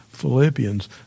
Philippians